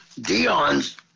Dion's